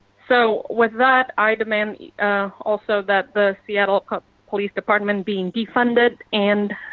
so, with that, i demand also that the seattle police department being defunded, and,